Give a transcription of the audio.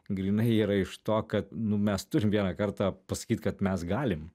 grynai yra iš to kad nu mes turim vieną kartą pasakyt kad mes galim